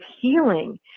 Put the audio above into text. healing